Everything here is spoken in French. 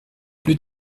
plus